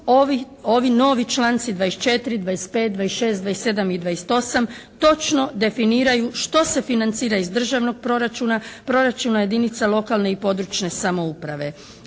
ovi novi članci 24., 25., 26., 27. i 28., točno definiraju što se financira iz državnog proračuna, proračuna jedinica lokalne i područne samouprave.